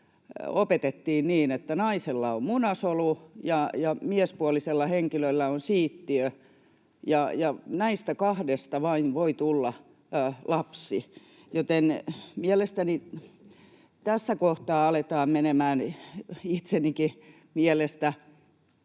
opetettiin niin, että naisella on munasolu ja miespuolisella henkilöllä on siittiö ja vain näistä kahdesta voi tulla lapsi, joten mielestäni tässä kohtaa aletaan menemään, itsenikin mielestä,